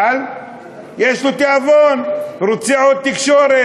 אבל יש לו תיאבון, הוא רוצה עוד תקשורת.